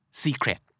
secret